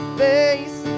face